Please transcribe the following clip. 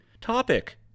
topic